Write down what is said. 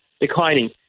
declining